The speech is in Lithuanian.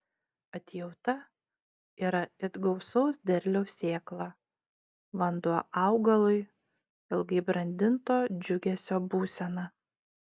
atjauta yra it gausaus derliaus sėkla vanduo augalui ilgai brandinto džiugesio būsena